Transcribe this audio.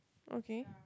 okay